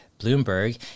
Bloomberg